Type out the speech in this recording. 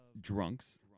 drunks